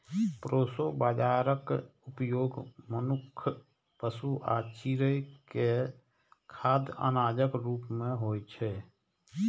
proso बाजाराक उपयोग मनुक्ख, पशु आ चिड़ै के खाद्य अनाजक रूप मे होइ छै